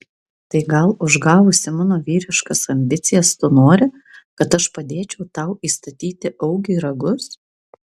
tai gal užgavusi mano vyriškas ambicijas tu nori kad aš padėčiau tau įstatyti augiui ragus